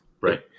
Right